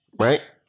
Right